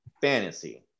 fantasy